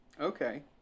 okay